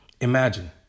Imagine